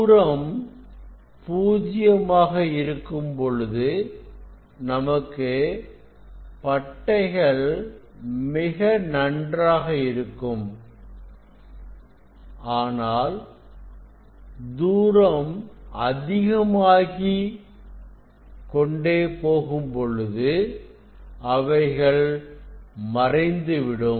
தூரம் பூஜ்யமாக இருக்கும் பொழுது நமக்கு பட்டைகள் மிக நன்றாக இருக்கும் ஆனால் தூரம் அதிகமாகிக் கொண்டிருக்கும் பொழுது அவைகள் மறைந்துவிடும்